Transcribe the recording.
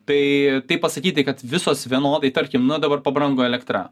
tai taip pasakyti kad visos vienodai tarkim na dabar pabrango elektra